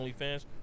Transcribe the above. OnlyFans